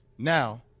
Now